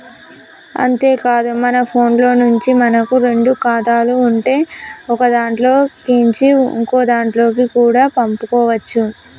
అంతేకాదు మన ఫోన్లో నుంచే మనకు రెండు ఖాతాలు ఉంటే ఒకదాంట్లో కేంచి ఇంకోదాంట్లకి కూడా పంపుకోవచ్చు